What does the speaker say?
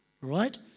right